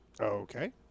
Okay